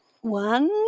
one